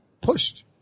Pushed